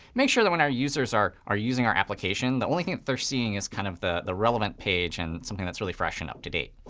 make sure that when our users are using our application, the only thing that they're seeing is kind of the the relevant page and something that's really fresh and up to date.